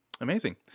amazing